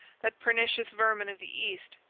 that pernicious vermin of the east,